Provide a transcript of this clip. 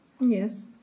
Yes